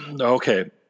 okay